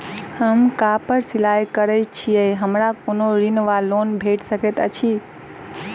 हम कापड़ सिलाई करै छीयै हमरा कोनो ऋण वा लोन भेट सकैत अछि?